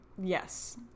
Yes